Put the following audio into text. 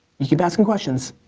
you keep asking questions,